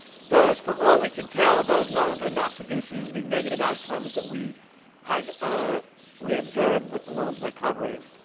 those from all we can tell, those loans are not producing the negative outcomes that we had, ah we had observed with the loans we're covering.